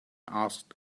asked